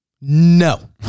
No